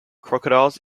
crocodiles